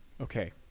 Okay